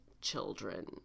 children